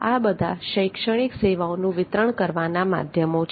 આ બધા શૈક્ષણિક સેવાઓનું વિતરણ કરવાના માધ્યમો છે